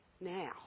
now